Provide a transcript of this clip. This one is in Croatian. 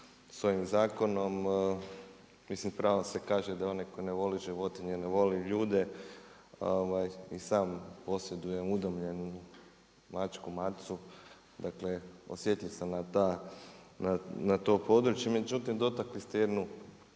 sa ovim zakonom. Mislim s pravom se kaže da onaj tko ne voli životinje, ne voli ni ljude. I sam posjedujem udomljenu mačku, macu, dakle osjetljiv sam na to područje. Međutim dotakli ste jednu